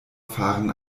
fahren